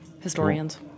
historians